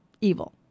evil